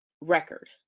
record